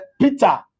Peter